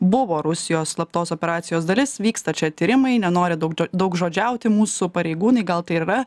buvo rusijos slaptos operacijos dalis vyksta čia tyrimai nenori daug daugžodžiauti mūsų pareigūnai gal tai ir yra